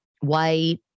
white